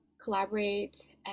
collaborate